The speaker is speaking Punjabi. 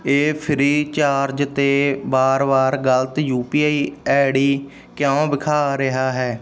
ਇਹ ਫ੍ਰੀ ਚਾਰਜ 'ਤੇ ਵਾਰ ਵਾਰ ਗ਼ਲਤ U P I I D ਕਿਉਂ ਦਿਖਾ ਰਿਹਾ ਹੈ